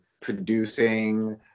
producing